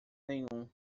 nenhum